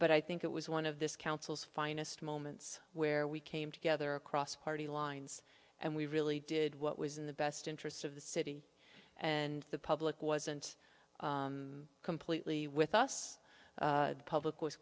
but i think it was one of this council's finest moments where we came together across party lines and we really did what was in the best interests of the city and the public wasn't completely with us the public was